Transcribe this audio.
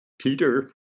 Peter